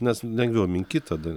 nes lengviau minkyti tada